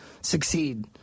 Succeed